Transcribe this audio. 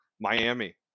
Miami